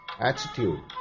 attitude